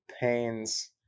Pains